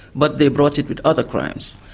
but they brought it with other crimes,